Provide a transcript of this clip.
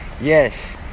Yes